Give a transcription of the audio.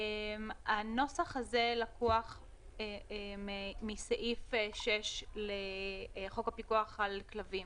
הנוסח הזה לקוח מסעיף 6 לחוק הפיקוח על כלבים.